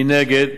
מנגד,